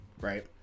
right